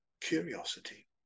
curiosity